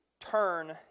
turn